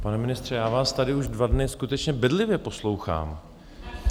Pane ministře, já vás tady už dva dny skutečně bedlivě poslouchám.